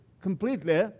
completely